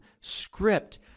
script